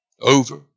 over